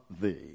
thee